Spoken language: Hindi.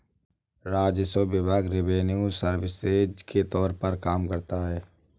राजस्व विभाग रिवेन्यू सर्विसेज के तौर पर काम करता है